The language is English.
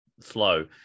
slow